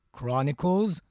Chronicles